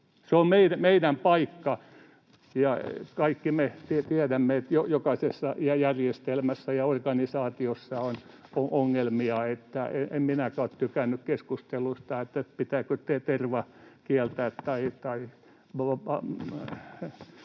Se on meidän paikka. Ja kaikki me tiedämme, että jokaisessa järjestelmässä ja organisaatiossa on ongelmia, niin että en minäkään ole tykännyt keskustelusta siitä, pitääkö terva kieltää